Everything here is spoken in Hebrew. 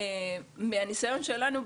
מהניסיון שלנו,